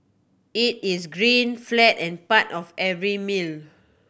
it is green flat and part of every meal